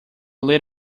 lead